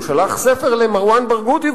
הוא שלח ספר למרואן ברגותי,